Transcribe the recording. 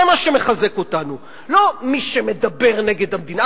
זה מה שמחזק אותנו, לא מי שמדבר נגד המדינה.